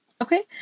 Okay